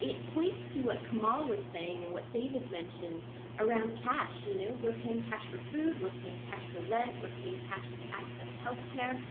it points to what carmel was saying and what david mentioned around cash. you know, we're paying cash for food, we're paying cash for rent. we're paying cash to access health care